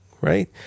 right